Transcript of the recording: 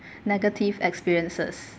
negative experiences